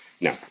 now